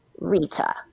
Rita